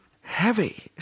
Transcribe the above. heavy